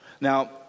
Now